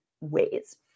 ways